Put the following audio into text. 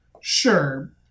Sure